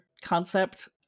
concept